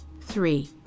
Three